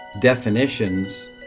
definitions